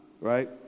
right